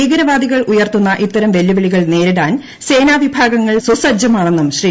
ഭീകരവാദികൾ ഉയർത്തുന്ന ഇത്തരം വെല്ലുവിളികൾ നേരിടാൻ സേനാ വിഭാഗങ്ങൾ സുസജ്ജമാണെന്നും ശ്രീ